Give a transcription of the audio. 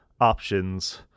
options